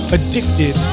Addicted